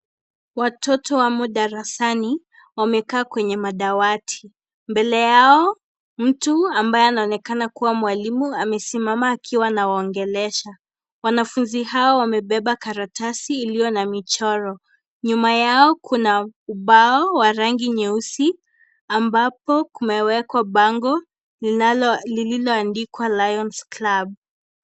Watoto wamo darasani wamekaa kwenye madawati, mbele yao mtu ambaye anaonekana kuwa mwalimu amesimama akiwa anawaongelesha. wanafunzi hawa wamebeba karatasi iliyo na michoro, nyuma yao kuna ubao wa rangi nyeusi ambapo kumewekwa bango lililoandikwa lions club.